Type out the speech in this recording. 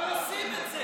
אבל עושים את זה.